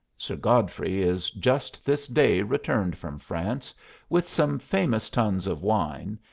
sir godfrey is just this day returned from france with some famous tuns of wine,